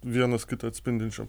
vienas kitą atspindinčiom